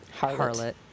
Harlot